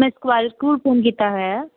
ਮੈਂ Shivalik school phone ਕੀਤਾ ਹੋਇਆ